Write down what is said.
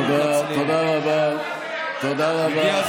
תודה, תודה רבה.